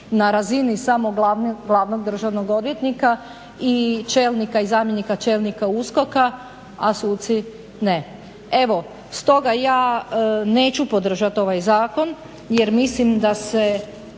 na razini samo Glavnog državnog odvjetnika i čelnika i zamjenika čelnika USKOK-a, a suci ne. Evo, stoga ja neću podržati ovaj zakon jer mislim da se